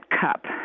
cup